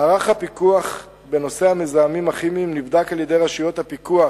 מערך הפיקוח בנושא המזהמים הכימיים נבדק על-ידי רשויות הפיקוח